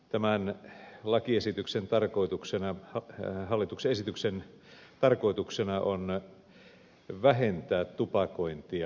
tämän hallituksen esityksen tarkoituksena on vähentää tupakointia